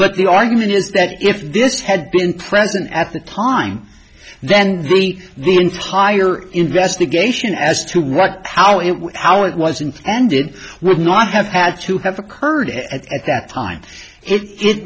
but the argument is that if this had been present at the time then the the entire investigation as to what how it was our it wasn't and it would not have had to have occurred at that time it